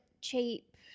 cheap